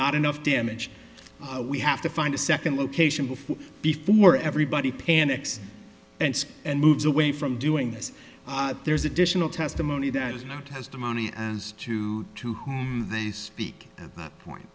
not enough damage we have to find a second location before before everybody panics and moves away from doing this there's additional testimony that was not testimony as to who they speak at that point